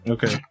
Okay